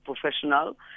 professional